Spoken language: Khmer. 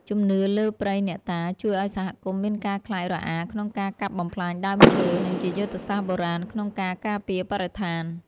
ជំនឿលើព្រៃអ្នកតាជួយឱ្យសហគមន៍មានការខ្លាចរអាក្នុងការកាប់បំផ្លាញដើមឈើ និងជាយុទ្ធសាស្ត្របុរាណក្នុងការការពារបរិស្ថាន។